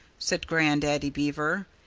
said grandaddy beaver,